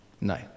No